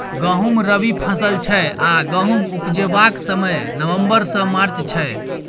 गहुँम रबी फसल छै आ गहुम उपजेबाक समय नबंबर सँ मार्च छै